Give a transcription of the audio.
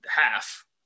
half